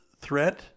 threat